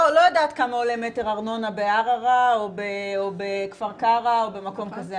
לא יודעת כמה עולה מטר ארנונה בערערה או בכפר קרע או במקום כזה,